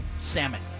Salmon